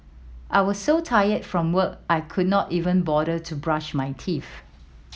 I was so tired from work I could not even bother to brush my teeth